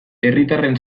herritarren